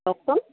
কওকচোন